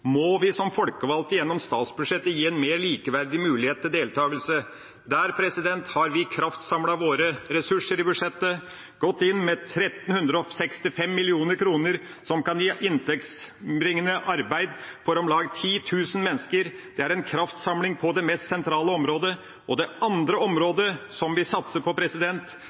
må vi som folkevalgte gjennom statsbudsjettet gi en mer likeverdig mulighet til deltagelse. Der har vi kraftsamlet våre ressurser i budsjettet, gått inn med 1 365 mill. kr som kan gi inntektsbringende arbeid for om lag 10 000 mennesker. Det er en kraftsamling på det mest sentrale området. Det andre området vi satser på,